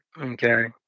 Okay